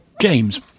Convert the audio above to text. James